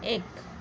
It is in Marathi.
एक